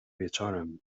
wieczorem